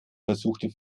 versuchte